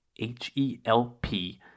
H-E-L-P